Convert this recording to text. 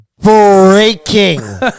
breaking